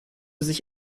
sich